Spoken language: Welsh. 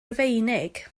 rufeinig